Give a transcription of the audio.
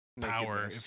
power